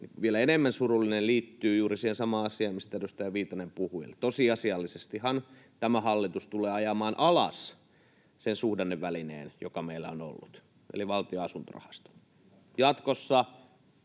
vielä enemmän surullinen, liittyy juuri siihen samaan asiaan, mistä edustaja Viitanen puhui. Tosiasiallisestihan tämä hallitus tulee ajamaan alas sen suhdannevälineen, joka meillä on ollut, eli Valtion asuntorahaston. Jatkossa